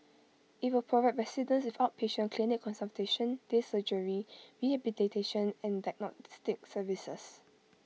IT will provide residents with outpatient clinic consultation day surgery rehabilitation and diagnostic services